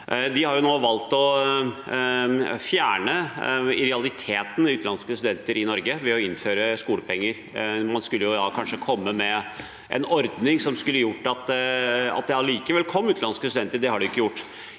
valgt å fjerne utenlandske studenter i Norge ved å innføre skolepenger. Man skulle da kanskje komme med en ordning som skulle gjort at det allikevel kom utenlandske studenter. Det har de ikke gjort.